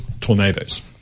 tornadoes